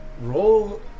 Roll